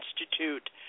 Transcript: Institute